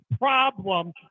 problem